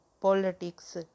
politics